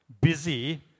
busy